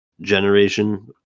generation